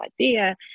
idea